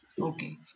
Okay